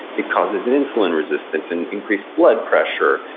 it causes an insulin resistance, and increased blood pressure,